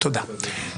תודה.